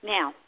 Now